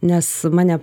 nes mane